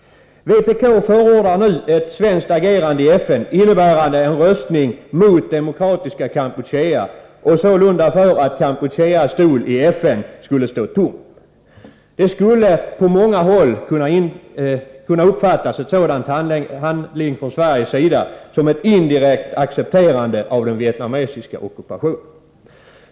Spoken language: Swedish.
Vpk förordar nu ett svenskt agerande i FN innebärande en röstning mot Demokratiska Kampuchea och sålunda för att Kampucheas stol i FN skulle stå tom. Ett sådant handlande från Sveriges sida skulle på många håll kunna uppfattas som ett indirekt accepterande av den Vietnamesiska ockupationen.